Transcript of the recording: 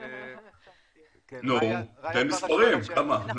במספרים, כמה?